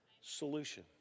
solution